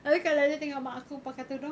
abeh kalau dia tengok mak aku pakai tudung